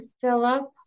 Philip